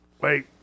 Wait